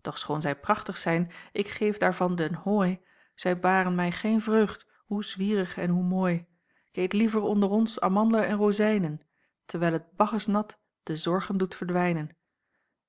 doch schoon zij prachtig zijn ik geef daarvan den hooi zij baren mij geen vreugd hoe zwierig en hoe mooi k eet liever onder ons amand'len en rozijnen terwijl het bacchus nat de zorgen doet verdwijnen